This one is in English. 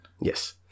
Yes